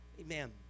Amen